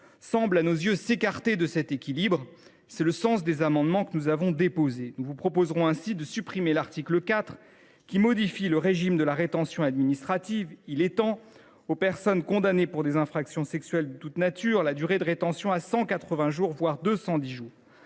semblent s’écarter de cet équilibre. Les amendements que nous avons déposés tendent à y revenir. Nous vous proposerons ainsi de supprimer l’article 4, qui modifie le régime de la rétention administrative : il étend aux personnes condamnées pour des infractions sexuelles de toute nature la durée de rétention à 180 jours, voire 210 jours.